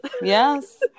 Yes